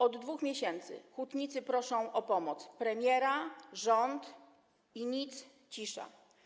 Od 2 miesięcy hutnicy proszą o pomoc premiera, rząd i nic - cisza.